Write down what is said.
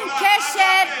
קריאה.